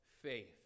faith